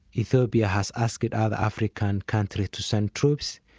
ethiopia has asked other african countries to send troops.